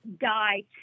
die